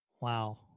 Wow